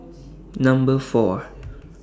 Number four